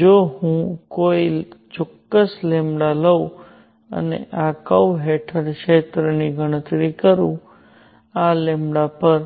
જો હું કોઈ ચોક્કસ લઉં અને આ કર્વ હેઠળના ક્ષેત્રની ગણતરી કરું આ પર